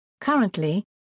Currently